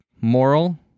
moral